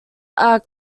are